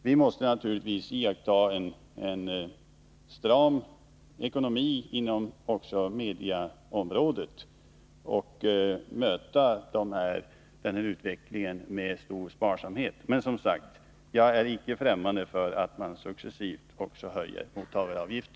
Vi måste naturligtvis iaktta en stram ekonomi också inom mediaområdet och möta utvecklingen med stor sparsamhet. Men jag är, som sagt, icke främmande för att man successivt också höjer mottagaravgiften.